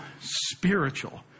spiritual